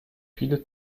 viele